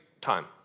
time